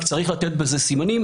רק צריך לתת בזה סימנים,